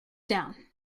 down